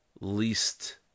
least